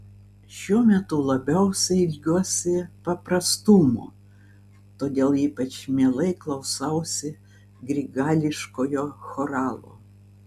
šiuo metu labiausiai ilgiuosi paprastumo todėl ypač mielai klausausi grigališkojo choralo